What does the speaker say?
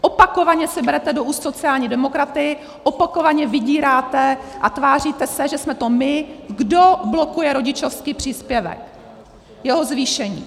Opakovaně si berete do úst sociální demokraty, opakovaně vydíráte a tváříte se, že jsme to my, kdo blokuje rodičovský příspěvek, jeho zvýšení.